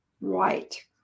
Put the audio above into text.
right